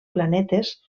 planetes